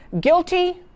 guilty